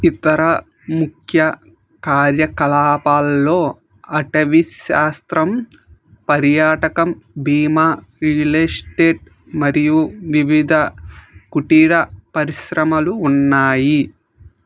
ఇతర ముఖ్య కార్యకలాపాలలో అటవీశాస్త్రం పర్యాటకం బీమా రియల్ ఎస్టేట్ మరియు వివిధ కుటీర పరిశ్రమలు ఉన్నాయి